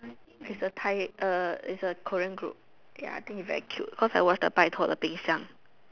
is a Thai uh is a Korean group ya I think is very cute cause I watch the 拜托了冰箱